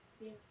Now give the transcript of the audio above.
Yes